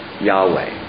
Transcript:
Yahweh